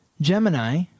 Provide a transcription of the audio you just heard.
Gemini